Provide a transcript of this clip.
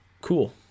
Cool